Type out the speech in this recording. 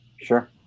Sure